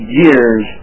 years